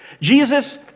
Jesus